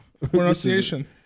Pronunciation